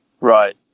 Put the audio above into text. Right